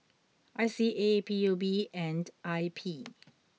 I C A P U B and I P